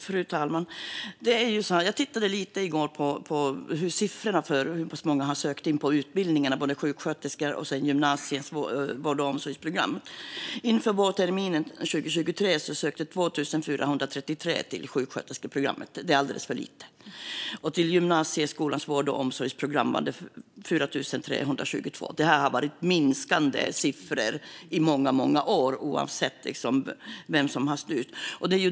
Fru talman! I går tittade jag lite på siffrorna över hur många som sökt dessa utbildningar, både sjuksköterskeprogrammet och gymnasiets vård och omsorgsprogram. Inför vårterminen 2023 sökte 2 433 till sjuksköterskeprogrammet. Det är alldeles för lite. Till gymnasieskolans vård och omsorgsprogram sökte 4 322. Dessa siffror har varit minskande i många år, oavsett vem som har styrt.